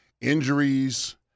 Injuries